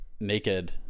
naked